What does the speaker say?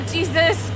Jesus